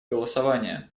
голосования